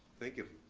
thank you.